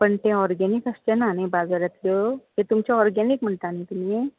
पण ते ऑर्गैनिक आसचे ना न्ही बाजाराच्यो तुमचें ऑर्गैनिक म्हणटा न्ही तुमी